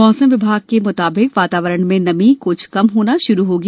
मौसम विभाग के मुताबिक वातावरण में नमी कुछ कम होना शुरू होगी